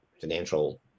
financial